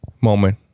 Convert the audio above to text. moment